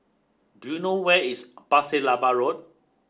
do you know where is Pasir Laba Road